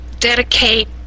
dedicate